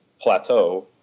plateau